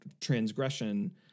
transgression